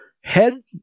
head